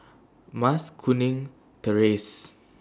Mas Kuning Terrace